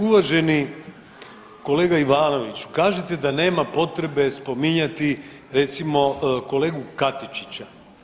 Uvaženi kolega Ivanoviću, kažete da nema potrebe spominjati recimo, kolegu Katičića.